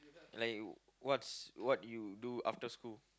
like what's what do you do after school